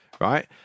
Right